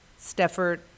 Stepford